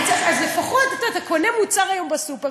לפחות, אתה קונה מוצר היום בסופר.